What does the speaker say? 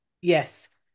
Yes